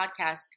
podcast